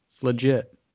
legit